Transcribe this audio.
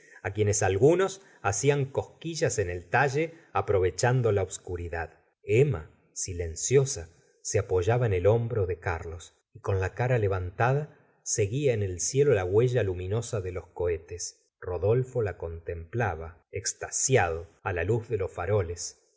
quienes algunos hacían cosquillas en el talle aprovechando la obscuridad emma silenciosa se apoyaba en el hombro de carlos y con la cara levantada seguía en el cielo la huella luminosa de los cohetes rodolfo la contemplaba extasiado la luz de ips faroles